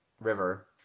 River